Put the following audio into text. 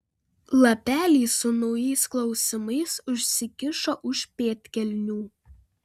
lapelį su naujais klausimais užsikišo už pėdkelnių